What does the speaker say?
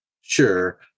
Sure